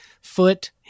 foot